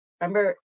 remember